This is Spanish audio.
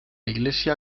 iglesia